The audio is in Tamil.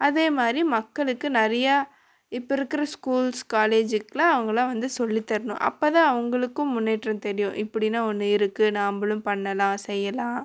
அதேமாதிரி மக்களுக்கு நிறையா இப்போ இருக்கிற ஸ்கூல்ஸ் காலேஜுக்கெலாம் அவங்கள்லாம் வந்து சொல்லித் தரணும் அப்போ தான் அவங்களுக்கும் முன்னேற்றம் தெரியும் இப்படின்னு ஒன்று இருக்குது நாம்மளும் பண்ணலாம் செய்யலாம்